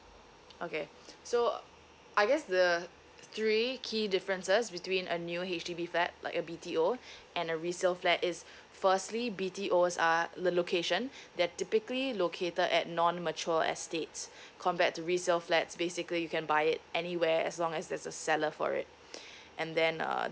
okay so I guess the three key differences between a new H_D_B flat like a B_T_O and a resale flat is firstly B_T_O's are the location that typically located at non mature estates compared to resale flats basically you can buy it anywhere as long as there's a seller for it and then uh